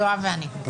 יואב ואני.